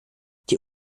die